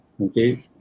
okay